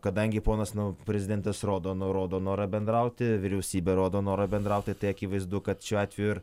kadangi ponas no prezidentas rodo no rodo norą bendrauti vyriausybė rodo norą bendrauti tai akivaizdu kad šiuo atveju ir